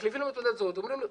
מחליפים לו תעודת זהות ואומרים לו,